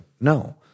No